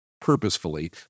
purposefully